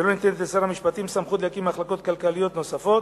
ולא ניתנת לשר המשפטים סמכות להקים מחלקות כלכליות נוספות.